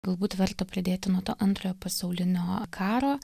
galbūt verta pradėti nuo to antrojo pasaulinio karo